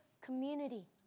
community